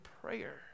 prayer